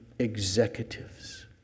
executives